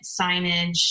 signage